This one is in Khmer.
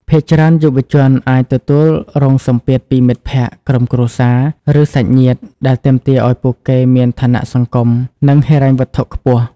ភាគច្រើនយុវជនអាចទទួលរងសម្ពាធពីមិត្តភក្តិ ក្រុមគ្រួសារ ឬសាច់ញាតិ ដែលទាមទារឱ្យពួកគេមានឋានៈសង្គម និងហិរញ្ញវត្ថុខ្ពស់។